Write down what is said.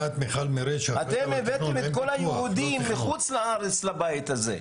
אתם הבאתם את כל היהודים מחוץ לארץ לבית הזה,